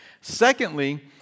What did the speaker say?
Secondly